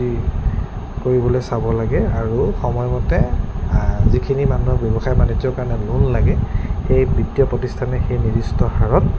কৰিবলৈ চাব লাগে আৰু সময়মতে যিখিনি মানুহৰ ব্যৱসায় বাণিজ্যৰ কাৰণে লোন লাগে সেই বিত্তীয় প্ৰতিষ্ঠানে সেই নিৰ্দিষ্ট হাৰত